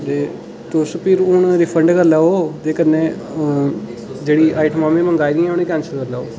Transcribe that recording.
तुस फिर हून रीफंड करी लैओ ते कन्नै ते जेह्ड़ियां आइटमां बी मंगाई दियां न उ'नेंगी कैंसल करी लैओ